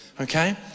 okay